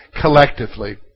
collectively